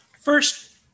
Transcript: First